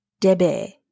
Debe